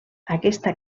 aquesta